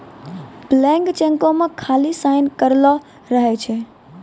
blank चेको मे खाली साइन करलो रहै छै